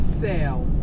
sale